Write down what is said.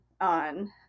on